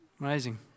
Amazing